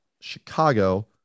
Chicago